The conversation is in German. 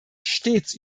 stets